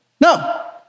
No